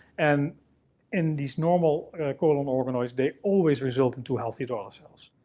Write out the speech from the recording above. and in these normal colon organoids, they always result in two healthy daughter cells.